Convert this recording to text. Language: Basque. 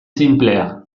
sinplea